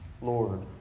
Lord